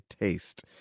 taste